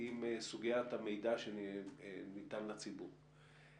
עם סוגיית המידע שניתן לציבור.